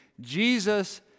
Jesus